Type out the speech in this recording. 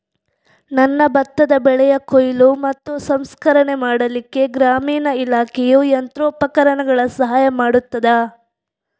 ನನ್ನ ಭತ್ತದ ಬೆಳೆಯ ಕೊಯ್ಲು ಮತ್ತು ಸಂಸ್ಕರಣೆ ಮಾಡಲಿಕ್ಕೆ ಗ್ರಾಮೀಣ ಇಲಾಖೆಯು ಯಂತ್ರೋಪಕರಣಗಳ ಸಹಾಯ ಮಾಡುತ್ತದಾ?